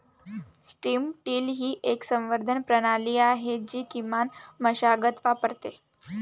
strip till ही एक संवर्धन प्रणाली आहे जी किमान मशागत वापरते